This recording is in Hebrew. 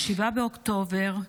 ב-7 באוקטובר,